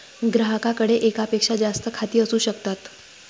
ग्राहकाकडे एकापेक्षा जास्त खाती असू शकतात